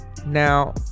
now